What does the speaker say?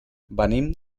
venim